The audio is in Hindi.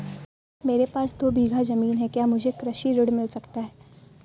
मेरे पास दो बीघा ज़मीन है क्या मुझे कृषि ऋण मिल सकता है?